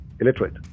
illiterate